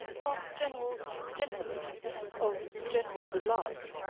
of generals generally of generals at large.